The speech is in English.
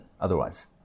otherwise